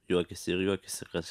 juokiasi ir juokiasi kas